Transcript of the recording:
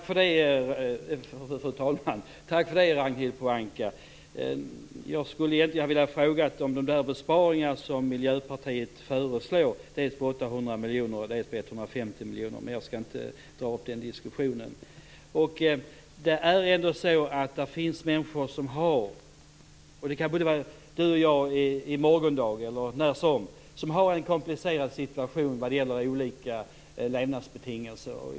Fru talman! Tack för det, Ragnhild Pohanka. Jag skulle egentligen ha velat fråga om de besparingar som Miljöpartiet föreslår - dels på 800 miljoner, dels på 150 miljoner - men jag skall inte dra upp den diskussionen. Det finns ändå människor - och det kan vara både du och jag i morgon eller när som helst - som har en komplicerad situation vad det gäller olika levnadsbetingelser.